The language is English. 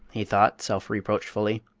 he thought, self-reproachfully.